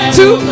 two